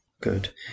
good